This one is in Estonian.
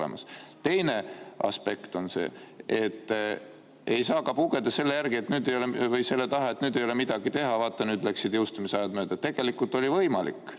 olemas. Teine aspekt on see, et ei saa ka pugeda selle taha, et nüüd ei ole midagi teha, vaata, nüüd läksid jõustumisajad mööda. Tegelikult oli võimalik